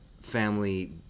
family